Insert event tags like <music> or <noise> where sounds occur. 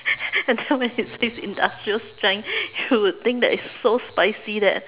<laughs> and then when it says industrial strength you would think that it's so spicy that